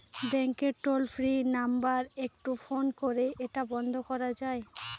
ব্যাংকের toll free number একটু phone করে এটা বন্ধ করা যায়?